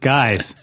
Guys